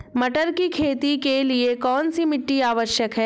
मटर की खेती के लिए कौन सी मिट्टी आवश्यक है?